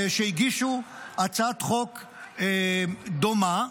הם הגישו הצעת חוק דומה,